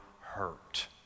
hurt